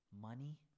money